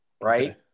Right